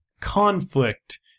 conflict